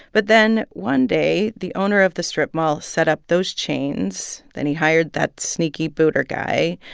but then, one day, the owner of the strip mall set up those chains. then he hired that sneaky booter guy.